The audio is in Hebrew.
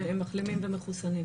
שמחלימים ומחוסנים?